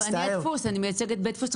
אני מייצגת בית דפוס.